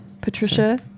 Patricia